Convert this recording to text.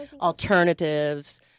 Alternatives